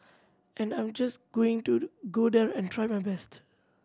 and I'm just going to go there and try my best